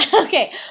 okay